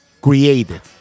created